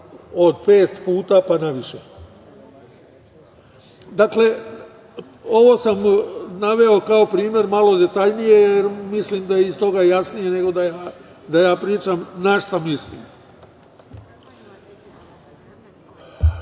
od pet puta pa naviše. Dakle, ovo sam naveo kao primer malo detaljnije, jer mislim da je iz toga jasnije nego da ja pričam na šta mislim. Druga